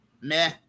meh